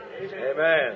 Amen